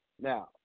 Now